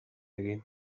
egin